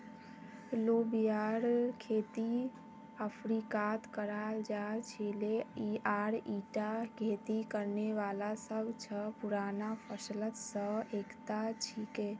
लोबियार खेती अफ्रीकात कराल जा छिले आर ईटा खेती करने वाला सब स पुराना फसलत स एकता छिके